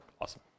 Awesome